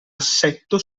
assetto